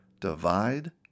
divide